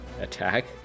attack